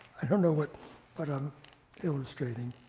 i don't know what but i'm illustrating